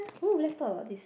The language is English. who let's about this